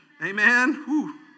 Amen